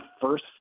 first